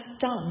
done